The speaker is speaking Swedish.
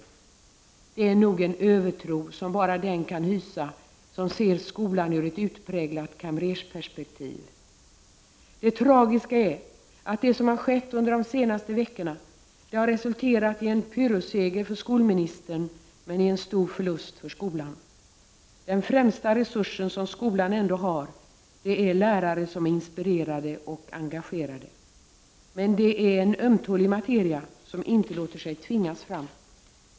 Det är nog en övertro, som bara den kan hysa som ser skolan ur ett utpräglat kamrersperspektiv. Det tragiska är att det som har skett under de senaste veckorna har resulterat i en pyrrusseger för skolministern men i en stor förlust för skolan. Den främsta resursen som skolan ändå har är lärare som är inspirerade och engagerade. Men det är en ömtålig materia, som inte låter sig tvingas fram.